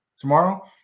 tomorrow